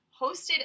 hosted